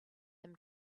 them